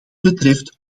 betreft